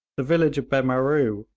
the village of behmaroo,